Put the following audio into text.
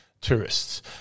tourists